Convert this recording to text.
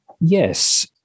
Yes